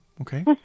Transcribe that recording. okay